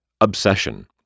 Obsession